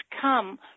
come